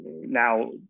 now